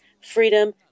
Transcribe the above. freedom